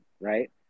right